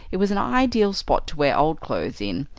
it was an ideal spot to wear old clothes in,